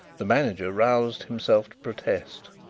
the manager roused himself to protest.